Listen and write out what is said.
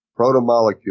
protomolecule